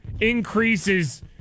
increases